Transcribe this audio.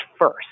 first